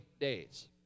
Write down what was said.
days